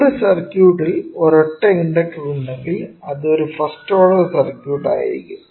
ഒരു സർക്യൂട്ടിൽ ഒരൊറ്റ ഇൻഡക്ടർ ഉണ്ടെങ്കിൽ അത് ഒരു ഫസ്റ്റ് ഓർഡർ സർക്യൂട്ട് ആയിരിക്കും